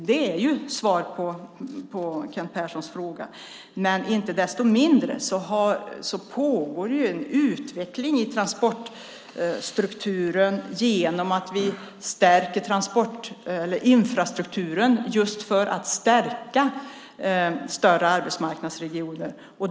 Det är svar på Kent Perssons fråga. Men inte desto mindre pågår det en utveckling i transportstrukturen genom att vi stärker infrastrukturen just för att stärka större arbetsmarknadsregioner.